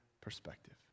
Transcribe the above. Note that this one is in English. perspective